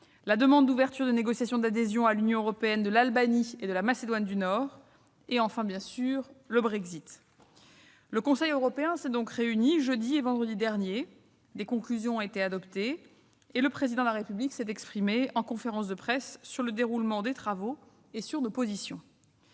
la demande d'ouverture de négociations d'adhésion à l'Union européenne de l'Albanie et de la Macédoine du Nord et enfin, bien sûr, le Brexit. Le Conseil européen s'est donc réuni jeudi et vendredi derniers, des conclusions ont été adoptées et le Président de la République s'est exprimé en conférence de presse sur le déroulement des travaux et sur nos positions.